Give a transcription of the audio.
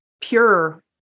pure